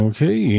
Okay